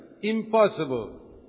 Impossible